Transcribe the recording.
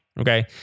Okay